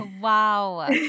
Wow